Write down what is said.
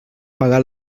pagar